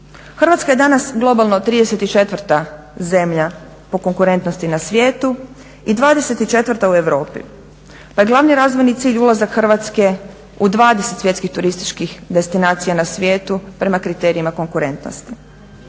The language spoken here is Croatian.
Hrvatska je danas globalno 34. zemlja po konkurentnosti na svijetu i 24. u Europi. Pa je glavni razvojni cilj ulazak Hrvatske u 20. svjetskih turističkih destinacija na svijetu prema kriterijima konkurentnosti.